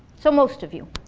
so most of you.